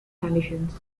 conditions